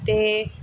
ਅਤੇ